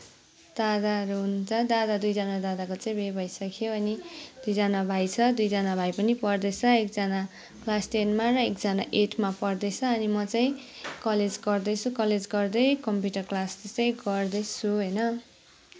दादाहरू हुनुहुन्छ दादा दुईजना दादाको चाहिँ बिहे भइसक्यो अनि दुईजना भाइ छ अनि दुईजना भाइ पनि पढ्दै छ एकजना क्लास टेनमा र एकजना एटमा पढ्दै छ अनि म चाहिँ कलेज गर्दैछु कलेज गर्दै कम्प्युटर क्लास त्यसै गर्दैछु होइन